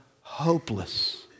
hopeless